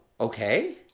okay